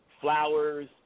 Flowers